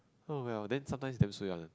oh well then sometimes is damn suay one